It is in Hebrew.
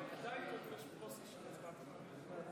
הסתייגות 21 לא נתקבלה.